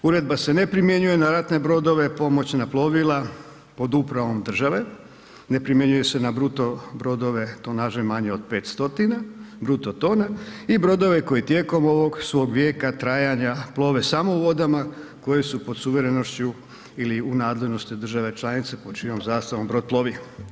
Uredba se ne primjenjuje na ratne brodove, pomoćna plovila pod upravom države, ne primjenjuje se na bruto brodove tonaže manje od 500 bruto tona i brodove koji tijekom ovog svog vijeka trajanja plove samo vodama koje su pod suverenošću ili u nadležnosti države članice pod čijom zastavom brod plovi.